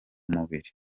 mubiri